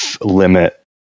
limit